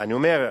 אני אומר,